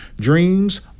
dreams